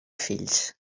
fills